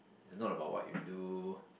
it's not about what you do